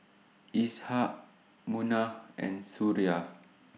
Ishak Munah and Suria